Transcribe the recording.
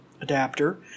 adapter